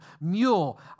mule